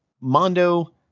Mondo